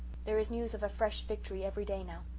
there is news of a fresh victory every day now.